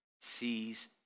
sees